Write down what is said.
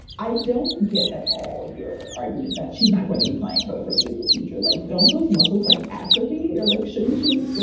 i don't get at all your argument that she's not going to be playing for the foreseeable future. like don't those muscles, like, atrophy or like shouldn't she.